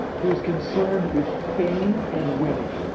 who's concerned with fame and winning.